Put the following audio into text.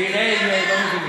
אני אראה אם לא מבינים.